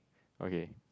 okay